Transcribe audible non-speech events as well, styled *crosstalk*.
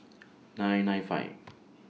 *noise* nine nine five